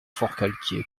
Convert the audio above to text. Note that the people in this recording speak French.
forcalquier